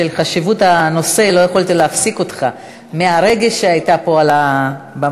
בשל חשיבות הנושא לא יכולתי להפסיק אותך מרגע שעלית פה לבמה.